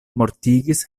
mortigis